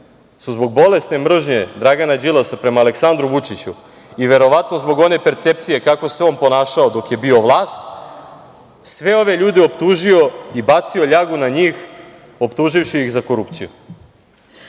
je, zbog bolesne mržnje Dragana Đilasa prema Aleksandru Vučiću i verovatno zbog one percepcije kako se on ponašao dok je bio vlast, sve ove ljude optužio i bacio ljagu na njih optuživši ih za korupciju. Ja